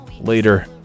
Later